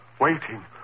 waiting